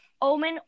Omen